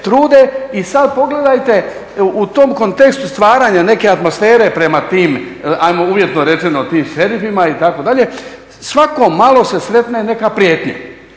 I sad pogledajte u tom kontekstu stvaranja neke atmosfere prema tim ajmo uvjetno rečeno tim šerifima itd., svako malo se sretne neka prijetnja.